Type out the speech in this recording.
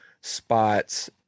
spots